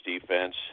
defense